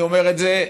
אני אומר את זה: